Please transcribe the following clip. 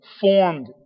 formed